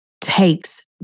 takes